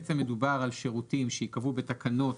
בעצם מדובר על שירותים שיקבעו בתקנות